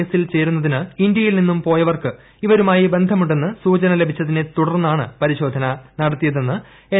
എസിൽ ചേരുന്നതിന് ഇന്ത്യയിൽ നിന്നും പോയവർക്ക് ഇവരുമായി ബന്ധമുണ്ടെന്ന് സൂചന ലഭിച്ചതിനെ തുടർന്നാണ് പരിശോധന നടത്തിയതെന്ന് എൻ